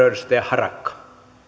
edustaja heinonen ei oikein